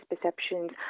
perceptions